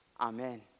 Amen